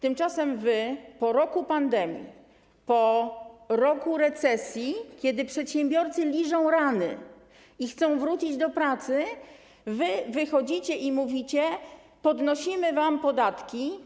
Tymczasem po roku pandemii, po roku recesji, kiedy przedsiębiorcy liżą rany i chcą wrócić do pracy, wychodzicie i mówicie: Podnosimy wam podatki.